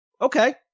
okay